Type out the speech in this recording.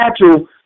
natural